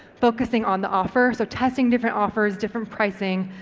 focusing on the offer. so testing different offers, different pricing,